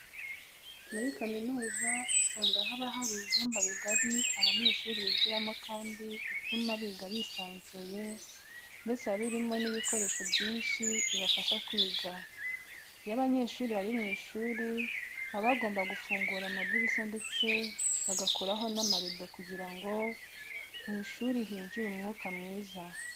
Muri kaminuza usanga haba hari ibyumba bigari abanyeshuri bigiramo kandi bituma biga bisanzuye ndetse biba birimo n'ibikoresho byinshi bibafasha kwiga. Iyo abanyeshuri bari mu ishuri baba bagomba gufungura amadirishya ndetse bagakuraho n'amarido kugira ngo mu ishuri hinjire umwuka mwiza.